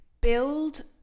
build